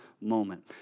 moment